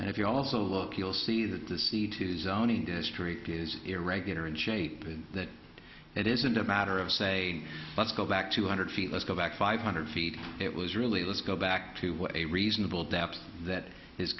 and if you also look you'll see that the c two zone industry is irregular in shape and that it isn't a matter of say let's go back two hundred feet let's go back five hundred feet it was really let's go back to what a reasonable doubt that is